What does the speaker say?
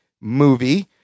movie